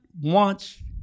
wants